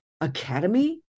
Academy